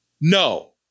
no